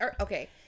Okay